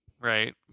Right